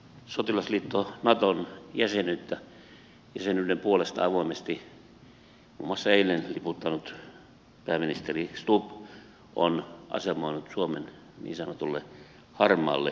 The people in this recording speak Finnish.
sotilasliitto naton jäsenyyden puolesta avoimesti muun muassa eilen liputtanut pääministeri stubb on asemoinut suomen niin sanotulle harmaalle vyöhykkeelle